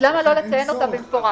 אם כן, למה לא לציין אותה במפורש?